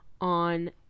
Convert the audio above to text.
on